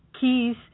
keys